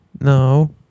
no